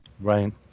Right